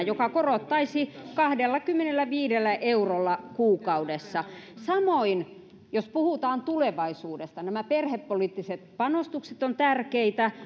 joka korottaisi sitä kahdellakymmenelläviidellä eurolla kuukaudessa samoin jos puhutaan tulevaisuudesta nämä perhepoliittiset panostukset ovat tärkeitä